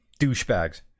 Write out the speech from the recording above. douchebags